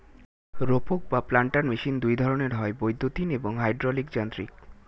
রোপক বা planter machine দুই ধরনের হয়, বৈদ্যুতিন এবং হাইড্রলিক যান্ত্রিক